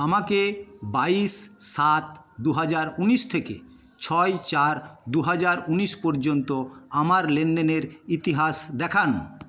আমাকে বাইশ সাত দু হাজার উনিশ থেকে ছয় চার দু হাজার উনিশ পর্যন্ত আমার লেনদেনের ইতিহাস দেখান